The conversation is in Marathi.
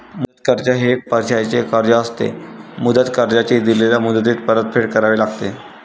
मुदत कर्ज हे एक पैशाचे कर्ज असते, मुदत कर्जाची दिलेल्या मुदतीत परतफेड करावी लागते